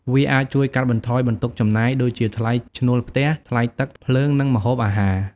វាអាច ជួយកាត់បន្ថយបន្ទុកចំណាយ ដូចជាថ្លៃឈ្នួលផ្ទះ ថ្លៃទឹក ភ្លើង និងម្ហូបអាហារ។